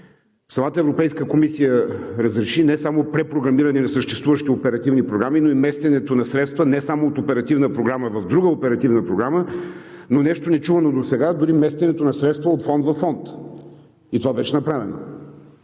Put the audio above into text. Самата Европейска комисия разреши не само препрограмиране на съществуващи оперативни програми, но и местенето на средства не само от оперативна програма в друга оперативна програма, но нещо нечувано досега – дори местенето на средства от фонд във фонд. И това беше направено.